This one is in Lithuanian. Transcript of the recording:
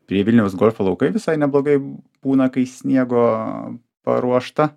prie vilniaus golfo laukai visai neblogai būna kai sniego paruošta